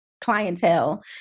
clientele